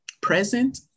present